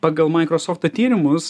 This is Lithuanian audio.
pagal maikrosofta tyrimus